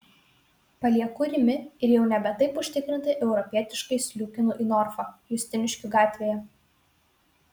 palieku rimi ir jau nebe taip užtikrintai europietiškai sliūkinu į norfą justiniškių gatvėje